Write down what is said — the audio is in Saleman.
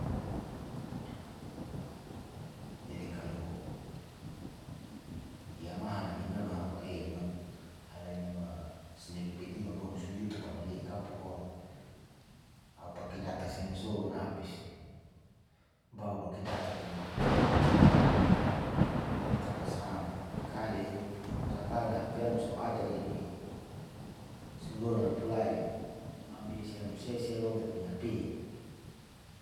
jadi kalo yamahala nimem haroko e non halanima smek pidio ruan soyutup male kapokoa a'u pake data sian soun abis baba paki data koini jadi tapa sa'am kale enupu saran hp anu sou ajar iyame suro lapu lai ami siam sese ron tati nihp.